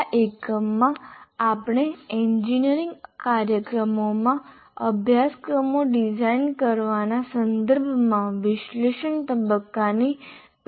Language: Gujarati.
આ એકમમાં આપણે એન્જિનિયરિંગ કાર્યક્રમોમાં અભ્યાસક્રમો ડિઝાઇન કરવાના સંદર્ભમાં વિશ્લેષણ તબક્કાની પેટા પ્રક્રિયાઓને ઓળખીશું